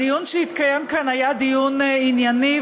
הדיון שהתקיים כאן היה דיון ענייני,